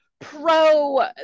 pro